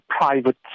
private